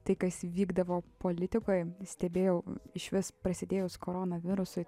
tai kas vykdavo politikoj stebėjau išvis prasidėjus koronavirusui